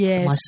Yes